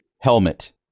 helmet